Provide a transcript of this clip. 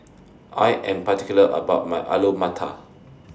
I Am particular about My Alu Matar